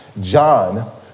John